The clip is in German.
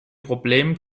problem